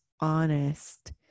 honest